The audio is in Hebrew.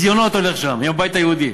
איזה ביזיונות הולכים שם עם הבית היהודי,